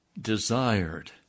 desired